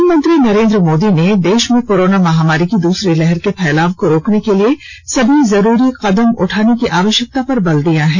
प्रधानमंत्री नरेन्द्र मोदी ने देश में कोरोना महामारी की दूसरी लहर के फैलाव को रोकने के लिए सभी जरूरी कदम उठाने की आवश्यकता पर बल दिया है